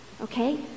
okay